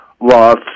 lost